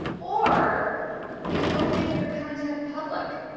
or they don't make their content public.